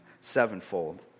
sevenfold